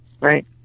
right